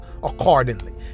Accordingly